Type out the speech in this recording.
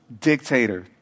dictator